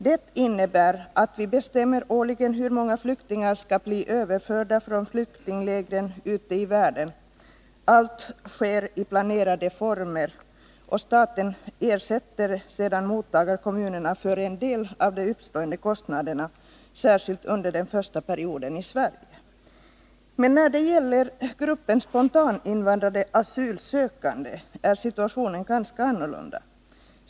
Det innebär att vi årligen fastställer hur många flyktingar som skall överföras hit från flyktinglägren ute i världen. Allt sker i planerade former, och staten ersätter sedan mottagarkommunerna för en del av de uppkomna kostnaderna, särskilt under den första perioden i Sverige. Men när det gäller gruppen spontaninvandrade asylsökande är situationen ganska annorlunda.